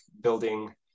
building